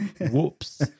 Whoops